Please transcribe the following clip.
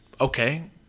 okay